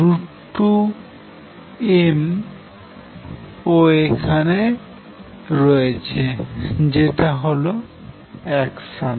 √ ও এখানে রয়েছে যেটা হল অ্যাকশান